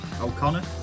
O'Connor